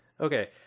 Okay